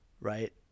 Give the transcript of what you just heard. right